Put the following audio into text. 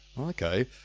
okay